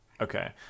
Okay